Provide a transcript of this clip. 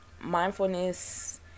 Mindfulness